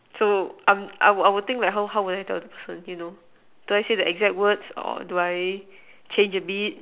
so I'm I would think like how how would I tell the difference you know do I say the exact words or do I change a bit